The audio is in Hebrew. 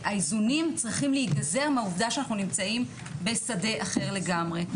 האיזונים צריכים להיגזר מהעובדה שאנחנו נמצאים בשדה אחר לגמרי.